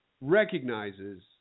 recognizes